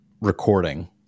recording